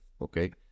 okay